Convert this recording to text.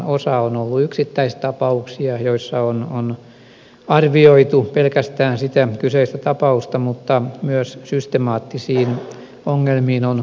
osa on ollut yksittäistapauksia joissa on arvioitu pelkästään sitä kyseistä tapausta mutta myös systemaattisiin ongelmiin on puututtu